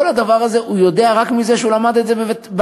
את כל הדבר הזה הוא יודע רק מכיוון שהוא למד את זה בגן-הילדים,